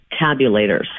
tabulators